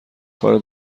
کار